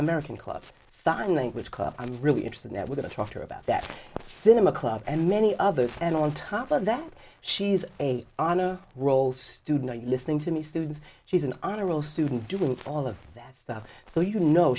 american club sign language club i'm really interested that we're going to talk to about that cinema club and many others and on top of that she's a honor roll student listening to me students she's an honor roll student doing all of that stuff so you know